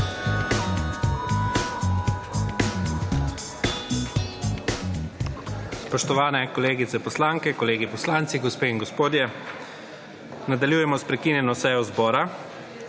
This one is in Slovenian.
Spoštovane kolegice poslanke, kolegi poslanci, gospe in gospodje, nadaljujemo s prekinjeno sejo zbora.